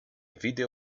video